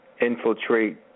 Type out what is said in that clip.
infiltrate